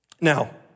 Now